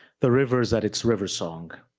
the rivers at its riversong.